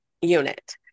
unit